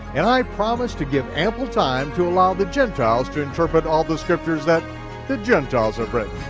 and i promise to give ample time to allow the gentiles to interpret all the scriptures that the gentiles have written.